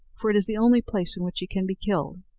for it is the only place in which he can be killed.